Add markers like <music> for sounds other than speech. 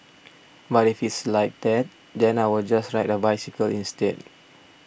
<noise> but if it's like that then I will just ride a bicycle instead